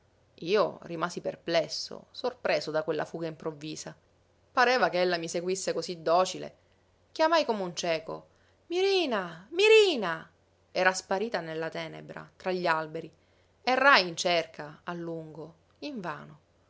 io rimasi perplesso sorpreso da quella fuga improvvisa pareva che ella mi seguisse cosí docile chiamai come un cieco mirina mirina era sparita nella tenebra tra gli alberi errai in cerca a lungo invano